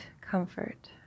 comfort